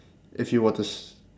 if you were to s~